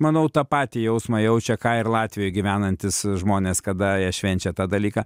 manau tą patį jausmą jaučia ką ir latvijoj gyvenantys žmonės kada jie švenčia tą dalyką